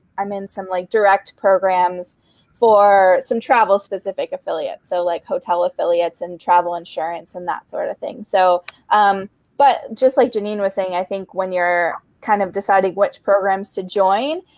i'm in some like direct programs for some travel-specific affiliates, so like hotel affiliates and travel insurance and that sort of thing. so um but just like jeannine was saying, i think when you're kind of deciding which programs to join,